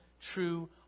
true